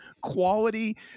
quality